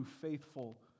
faithful